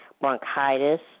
bronchitis